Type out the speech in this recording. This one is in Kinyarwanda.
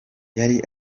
yari